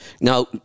Now